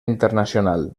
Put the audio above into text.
internacional